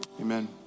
Amen